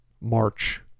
march